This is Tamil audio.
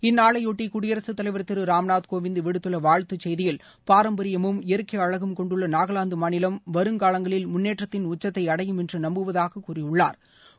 இந்நாளைபொட்டி குடியரசுத் தலைவர் திரு ராம்நாத் கோவிந்த் விடுத்துள்ள வாழ்த்துச் செய்தியில் பாரம்பரியமும் இயற்கை அழகும் கொண்டுள்ள நாகாலாந்து மாநிலம் வருங்காலங்களில் முன்னேற்றத்தின் உச்சத்தை அடையும் என்று நம்புவதாகக் கூறியுள்ளாா்